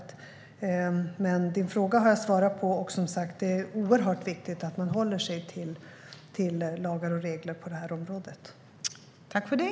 Din fråga har jag dock svarat på, Maria Weimer. Det är som sagt oerhört viktigt att man håller sig till lagar och regler på området.